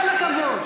כל הכבוד.